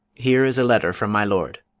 here is a letter from my lord.